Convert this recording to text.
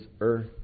earth